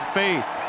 faith